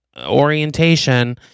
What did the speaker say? orientation